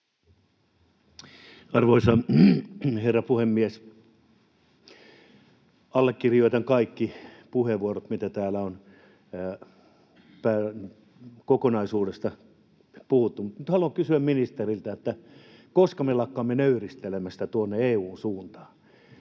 Arvoisa herra puhemies! Allekirjoitan kaikki puheenvuorot, mitä täällä on päivän kokonaisuudesta puhuttu. Haluan kysyä ministeriltä: Koska me lakkaamme nöyristelemästä tuonne EU:n suuntaan?